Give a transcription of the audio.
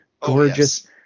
gorgeous